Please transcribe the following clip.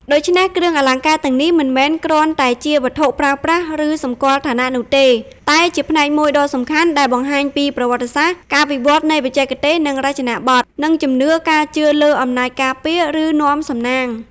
ដូច្នេះ គ្រឿងអលង្ការទាំងនេះមិនមែនគ្រាន់តែជាវត្ថុប្រើប្រាស់ ឬសម្គាល់ឋានៈនោះទេ តែជាផ្នែកមួយដ៏សំខាន់ដែលបង្ហាញពី ប្រវត្តិសាស្ត្រ (ការវិវត្តន៍នៃបច្ចេកទេស និងរចនាបថ) និង ជំនឿ (ការជឿលើអំណាចការពារ ឬនាំសំណាង)។